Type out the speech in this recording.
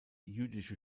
jüdische